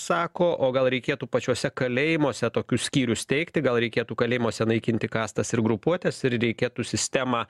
sako o gal reikėtų pačiuose kalėjimuose tokius skyrius steigti gal reikėtų kalėjimuose naikinti kastas ir grupuotes ir reikėtų sistemą